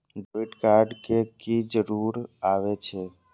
Debit card के की जरूर आवे छै?